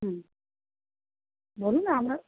হুম বলুন আমরা